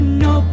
no